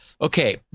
Okay